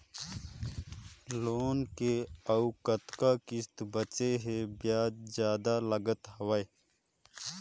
Loan के अउ कतका किस्त बांचें हे? ब्याज जादा लागत हवय,